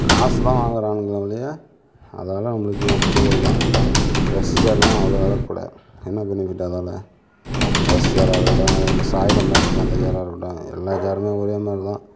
காசு தான் வாங்கிறானுங்களே ஒழிய அதனால நம்மளுக்கு கெடுதல் தான் எஸ் சேர்லாம் அவ்வளோ வில கூட என்ன பெனிஃபிட் அதால எஸ் சேராக இருக்கட்டும் அப்புறம் இந்த சாயிர மாதிரி இருக்கும் அந்த சேராக இருக்கட்டும் எல்லா சேருமே ஒரே மாதிரி தான்